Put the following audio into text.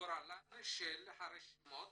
של הרשימות